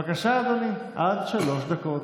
בבקשה אדוני, עד שלוש דקות.